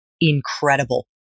incredible